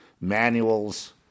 manuals